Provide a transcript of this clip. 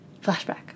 Flashback